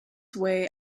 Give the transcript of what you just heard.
way